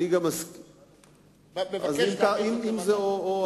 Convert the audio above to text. אז אם זה או-או,